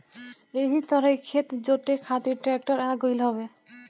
एही तरही खेत जोते खातिर ट्रेक्टर आ गईल हवे